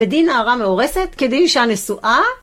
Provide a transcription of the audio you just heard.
כדין ההרה מאורסת כדין שהנשואה.